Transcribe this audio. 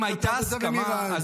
אם הייתה הסכמה,